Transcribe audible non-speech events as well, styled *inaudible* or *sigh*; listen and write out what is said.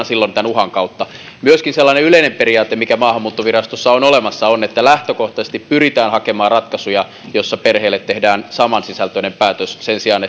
*unintelligible* silloin tämän uhan kautta myöskin sellainen yleinen periaate mikä maahanmuuttovirastossa on olemassa on että lähtökohtaisesti pyritään hakemaan ratkaisuja joissa perheille tehdään saman sisältöinen päätös sen sijaan *unintelligible*